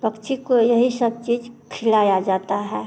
पक्षी को यही सब चीज खिलाया जाता है